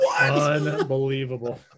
Unbelievable